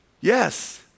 yes